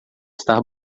estar